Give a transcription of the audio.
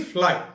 Fly